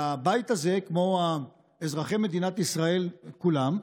והבית הזה הוא כמו אזרחי מדינת ישראל כולם: